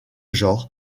genre